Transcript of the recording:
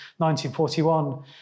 1941